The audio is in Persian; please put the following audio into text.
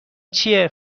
چیه